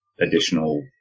additional